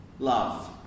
love